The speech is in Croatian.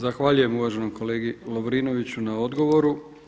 Zahvaljujem uvaženom kolegi Lovrinoviću na odgovoru.